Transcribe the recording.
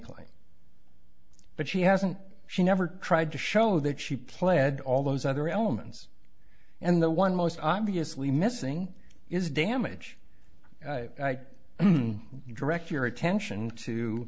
claim but she hasn't she never tried to show that she pled all those other elements and the one most obviously missing is damage i direct your attention to